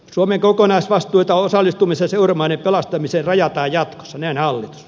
suomen kokonaisvastuista osallistumisese ormani kalastamisen raja aidat on enää ollut